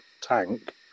tank